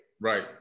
Right